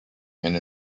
and